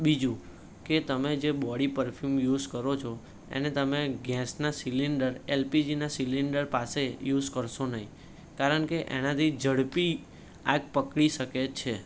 બીજું કે તમે જે બોડી પર્ફ્યુમ યુઝ કરો છો એને તમે ગેસના સીલીન્ડર એલપીજીના સિલિન્ડર પાસે યુઝ કરશો નહીં કારણકે એનાથી ઝડપી આગ પકડી શકે છે